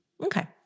Okay